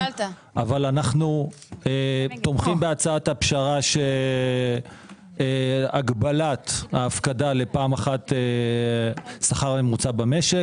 אבל אנחנו תומכים בהצעת הפשרה של הגבלת ההפקדה לפעם אחת שכר ממוצע במשק.